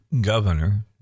Governor